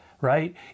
right